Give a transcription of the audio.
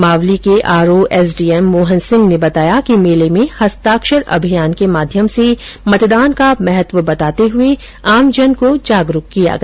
मावली के RO SDM Mohan Singh ने बताया कि मेले में हस्ताक्षर अभियान के माध्यम से मतदान का महत्व बताते हुए आमजन को जागरूक किया गया